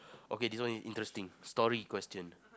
okay this one is interesting story question